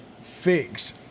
fix